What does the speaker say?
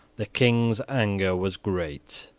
the king's anger was great.